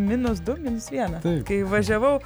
minus du minus vieną kai važiavau